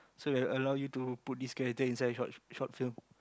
so they will allow you to put this character inside the inside the short film